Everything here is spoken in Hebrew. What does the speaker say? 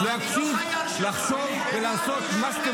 מה לעשות.